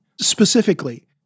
Specifically